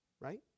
right